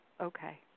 okay